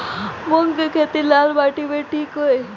मूंग के खेती लाल माटी मे ठिक होई?